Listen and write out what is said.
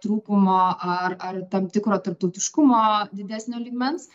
trūkumo ar ar tam tikro tarptautiškumo didesnio lygmens